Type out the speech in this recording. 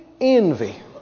envy